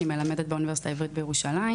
אני מלמדת באוניברסיטה העברית בירושלים